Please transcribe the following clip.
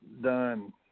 done